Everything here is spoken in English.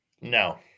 No